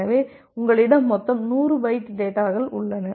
எனவே உங்களிடம் மொத்தம் 100 பைட்டு டேட்டாகள் உள்ளன